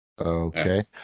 okay